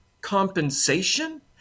compensation